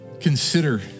consider